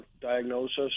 diagnosis